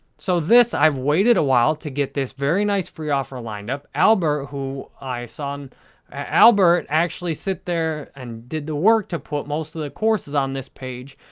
so, this, i've waited a while to get this very nice free offer lined up. albert, who i saw albert actually sit there and did the work to put most of the courses on this page.